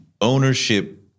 ownership